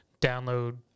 download